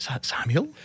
Samuel